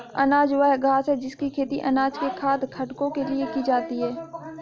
अनाज वह घास है जिसकी खेती अनाज के खाद्य घटकों के लिए की जाती है